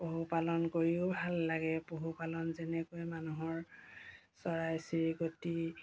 পশুপালন কৰিও ভাল লাগে পশুপালন যেনেকৈ মানুহৰ চৰাই চিৰিকটি